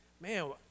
Man